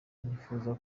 nifuza